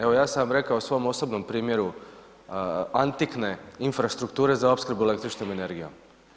Evo, ja sam vam rekao svom osobnom primjeru antikne infrastrukture za opskrbu električnom energijom.